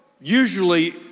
usually